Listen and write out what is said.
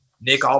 Nick